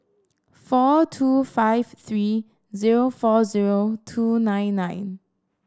four two five three zero four zero two nine nine